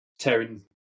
Tearing